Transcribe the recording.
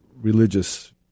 religious